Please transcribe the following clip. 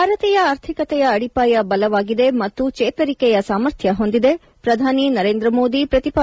ಭಾರತೀಯ ಆರ್ಥಿಕತೆಯ ಅಡಿಪಾಯ ಬಲವಾಗಿದೆ ಮತ್ತು ಚೇತರಿಕೆಯ ಸಾಮರ್ಥ್ಸ ಹೊಂದಿದೆ ಪ್ರಧಾನಮಂತ್ರಿ ನರೇಂದ್ರ ಮೋದಿ ಪ್ರತಿಪಾದನೆ